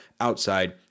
outside